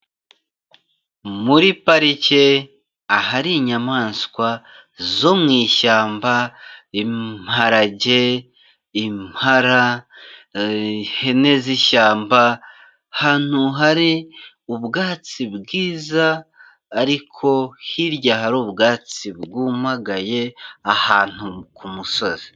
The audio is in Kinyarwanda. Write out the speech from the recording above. Muri parike, ahari inyamaswa zo mu ishyamba, imparage, impara, ihene z'ishyamba, ahantu hari ubwatsi bwiza, ariko hirya hari ubwatsi bwumagaye, ahantu ku musozi.